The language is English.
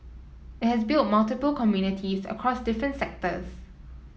it has built multiple communities across different sectors